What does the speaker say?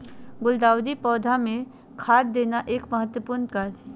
गुलदाऊदी पौधा मे खाद देना एक महत्वपूर्ण कार्य हई